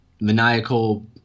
maniacal